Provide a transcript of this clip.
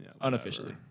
Unofficially